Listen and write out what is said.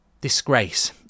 disgrace